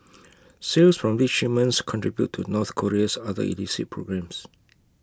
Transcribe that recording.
sales from these shipments contribute to north Korea's other illicit programmes